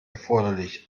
erforderlich